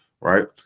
right